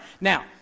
Now